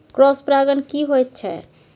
Cross परागण की होयत छै?